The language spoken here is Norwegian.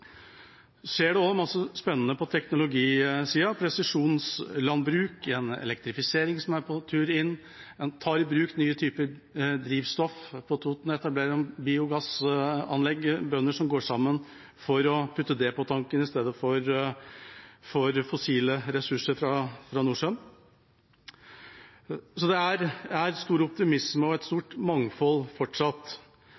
skjer masse spennende på teknologisida, med presisjonslandbruk, med elektrifiseringen som er på tur inn, og en tar i bruk nye typer drivstoff. På Toten etablerer de biogassanlegg. Bønder går sammen for å putte biogass på tanken istedenfor fossile ressurser fra Nordsjøen. Det er stor optimisme og fortsatt et